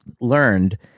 learned